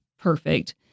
perfect